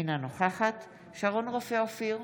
אינה נוכחת שרון רופא אופיר,